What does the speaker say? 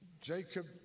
Jacob